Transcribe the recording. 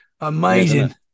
amazing